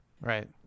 Right